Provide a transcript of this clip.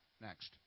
next